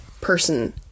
person